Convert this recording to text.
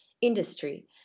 industry